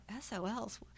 SOLs